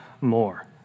more